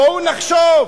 בואו נחשוב,